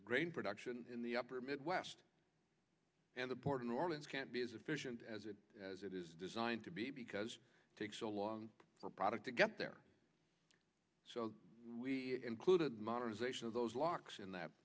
grain production in the upper midwest and the port of new orleans can't be as efficient as it as it is designed to be because it takes so long for product to get there so we included modernization of those locks in that